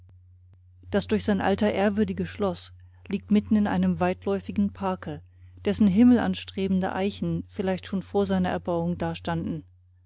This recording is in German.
das durch sein alter ehrwürdige schloß liegt mitten in einem weitläufigen parke dessen himmelanstrebende eichen vielleicht schon vor seiner erbauung dastanden